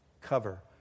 cover